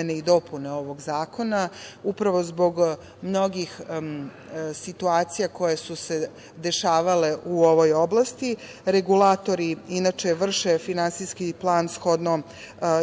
i dopune ovog zakona, upravo zbog mnogih situacija koje su se dešavale u ovoj oblasti. Regulatori vrše finansijski plan